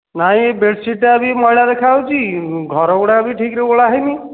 ନାଇଁ ବେଡ଼ସିଟ୍ଟା ବି ମଇଳା ଦେଖା ଯାଉଛି ଘର ଗୁଡ଼ା ବି ଠିକ୍ରେ ଓଳା ହୋଇନି